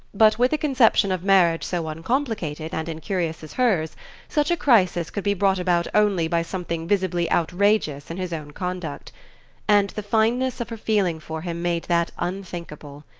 but with a conception of marriage so uncomplicated and incurious as hers such a crisis could be brought about only by something visibly outrageous in his own conduct and the fineness of her feeling for him made that unthinkable.